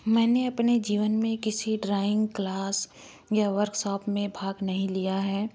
मैंने अपने जीवन में किसी ड्राइंग क्लास या वर्कसॉप में भाग नहीं लिया है